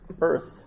earth